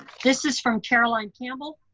this is from caroline campbell.